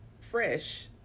fresh